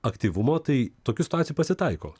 aktyvumo tai tokių situacijų pasitaiko